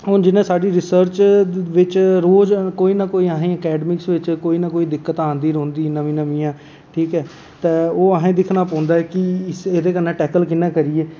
हून जि'यां साढ़ी रिसर्च बिच रोज़ कोई ना कोई असें अकैडमिक बिच कोई ना कोई दिक्कत आंदी रौहंदी नमीं नम्मियां ठीक ऐ ते ओह् असें ई दिक्खना पौंदा ऐ कि एह्दे कन्नै टैकल कि'यां करिये